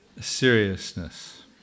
Seriousness